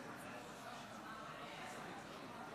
אושרה בקריאה טרומית ותעבור לדיון בוועדת